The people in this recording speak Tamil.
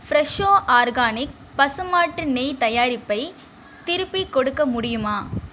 ஃப்ரெஷோ ஆர்கானிக் பசு மாட்டு நெய் தயாரிப்பை திருப்பிக் கொடுக்க முடியுமா